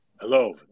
Hello